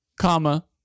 comma